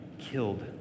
killed